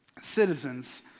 citizens